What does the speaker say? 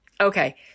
Okay